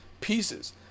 pieces